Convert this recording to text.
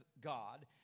God